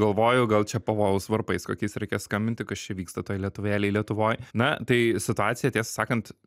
galvoju gal čia pavojaus varpais kokiais reikia skambinti kas čia vyksta toj lietuvėlėj lietuvoj na tai situacija tiesą sakant